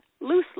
loosely